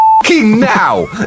Now